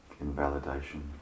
invalidation